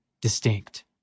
distinct